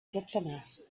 diplomat